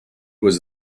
was